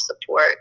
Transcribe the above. support